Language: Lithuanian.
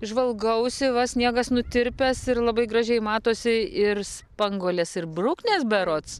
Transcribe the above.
žvalgausi va sniegas nutirpęs ir labai gražiai matosi ir spanguolės ir bruknės berods